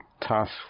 task